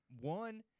one